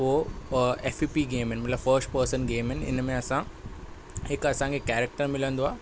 पोइ F P P game आहिनि मतिलबु फस्ट पर्सन गेम आहिनि हिन में असां हिकु असांखे कैरेक्टर मिलंदो आहे